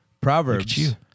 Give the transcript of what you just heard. Proverbs